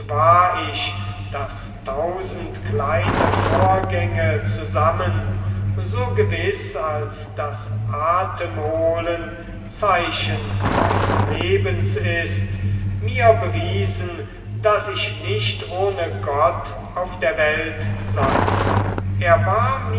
war ich daß tausend kleine vorgänge zusammen so gewiß als das atemholen zeichen meines lebens ist mir bewiesen daß ich nicht ohne gott auf der welt sei er war